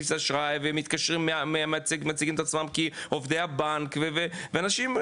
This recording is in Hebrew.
ומהכרטיס אשראי ומתקשרים ומציגים את עצמם כעובדי הבנק ואנשים,